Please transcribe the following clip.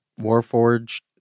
Warforged